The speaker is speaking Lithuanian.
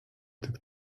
tik